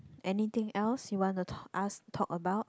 anything else you wanna ta~ ask talk about